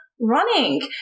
running